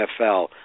NFL